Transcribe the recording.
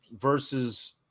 versus